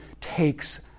takes